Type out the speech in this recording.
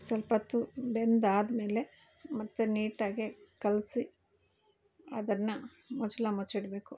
ಸ್ವಲ್ಪೊತ್ತು ಬೆಂದಾದಮೇಲೆ ಮತ್ತೆ ನೀಟಾಗಿ ಕಲೆಸಿ ಅದನ್ನು ಮುಚ್ಚಳ ಮುಚ್ಚಿಡಬೇಕು